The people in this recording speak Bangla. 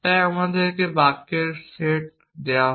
তাই আমাদেরকে বাক্যের সেট দেওয়া হয়